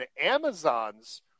Amazon's